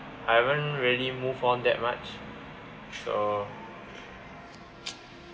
I haven't really move on that much